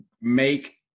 make